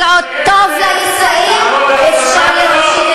את לא מתביישת,